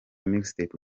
mixtape